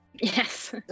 Yes